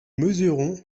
mesurons